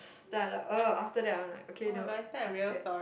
then I like after that I'm like okay no I scared